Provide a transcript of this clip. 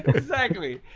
exactly.